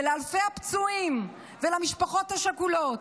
ולאלפי הפצועים ולמשפחות השכולות,